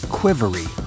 quivery